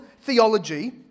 theology